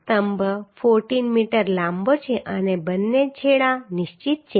સ્તંભ 14 મીટર લાંબો છે અને બંને છેડા નિશ્ચિત છે